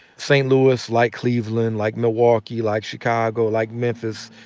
st. louis, like cleveland, like milwaukee, like chicago, like memphis,